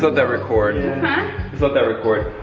that record. just let that record.